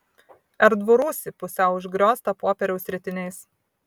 erdvų rūsį pusiau užgrioztą popieriaus ritiniais